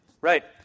right